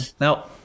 now